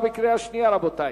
הצבעה בקריאה שנייה, רבותי.